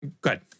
good